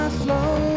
slow